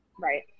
Right